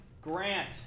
Grant